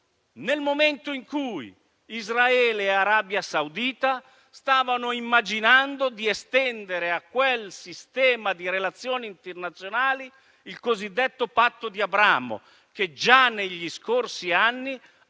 nel momento in cui Israele e Arabia Saudita stavano immaginando di estendere a quel sistema di relazioni internazionali il cosiddetto Patto di Abramo, che già negli scorsi anni